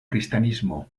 kristanismo